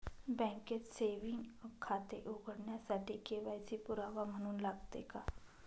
बँकेत सेविंग खाते उघडण्यासाठी के.वाय.सी पुरावा म्हणून लागते का?